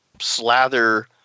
slather